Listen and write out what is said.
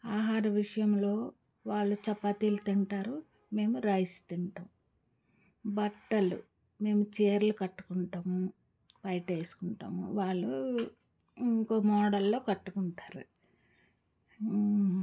ఆహార విషయంలో వాళ్ళు చపాతీలు తింటారు మేము రైస్ తింటాం బట్టలు మేము చీరలు కట్టుకుంటాము పైటేసుకుంటాము వాళ్ళు ఇంకో మోడల్లో కట్టుకుంటారు